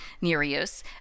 Nereus